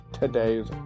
today's